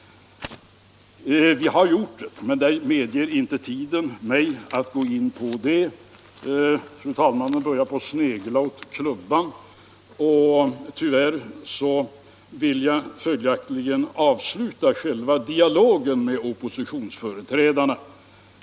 Vi har gjort det, men tiden medger inte att jag går in på detta. Fru talmannen börjar snegla åt klubban, och följaktligen skall jag avsluta själva dialogen med oppositionsföreträdarna.